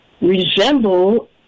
resemble